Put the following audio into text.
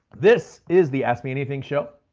this is the ask me anything show.